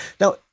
Now